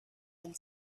and